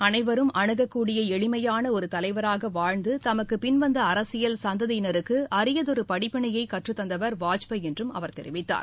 அனைவரும் அணுகக்கூடிய எளிமையான ஒரு தலைவராக வாழ்ந்து தமக்கு பின்வந்த அரசியல் சந்ததினருக்கு அரியதொரு படிப்பினையை கற்றுத்தந்தவர் வாஜ்பாய் என்றும் அவர் தெரிவித்தார்